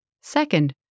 Second